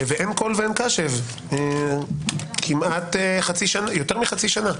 ואין קול ואין קשב כמעט חצי שנה, יותר מחצי שנה.